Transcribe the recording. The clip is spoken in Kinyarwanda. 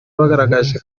bagaragaje